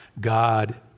God